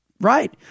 right